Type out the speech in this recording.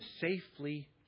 safely